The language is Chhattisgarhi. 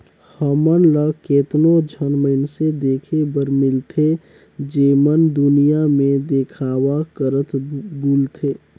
हमन ल केतनो झन मइनसे देखे बर मिलथें जेमन दुनियां में देखावा करत बुलथें